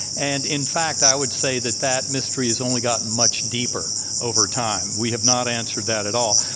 and in fact, i would say that that mystery has only gotten much deeper over time. we have not answered that at all.